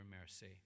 mercy